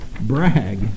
brag